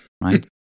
right